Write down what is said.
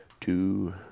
two